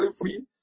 free